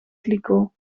kliko